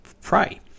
prey